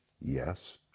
Yes